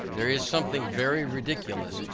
there is something very ridiculous,